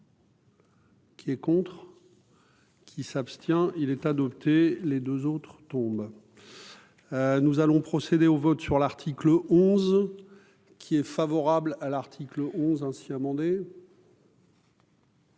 Qui est contre qui s'abstient, il est adopté, les 2 autres tombent, nous allons procéder au vote sur l'article 11 qui est favorable à l'article 11, ainsi amendé.